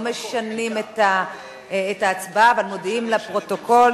אנחנו לא משנים את ההצבעה אבל מודיעים לפרוטוקול